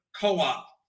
co-op